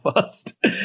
first